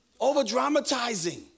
Overdramatizing